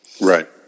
Right